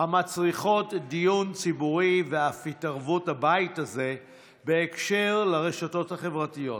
המצריכות דיון ציבורי ואף התערבות הבית הזה בהקשר של הרשתות החברתיות,